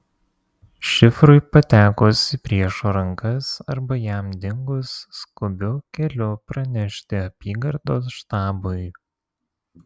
šifrui patekus į priešo rankas arba jam dingus skubiu keliu pranešti apygardos štabui